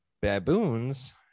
Baboons